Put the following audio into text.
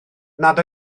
nad